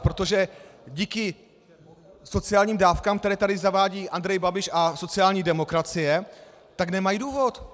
Protože díky sociálním dávkám, které tady zavádí Andrej Babiš a sociální demokracie, nemají důvod!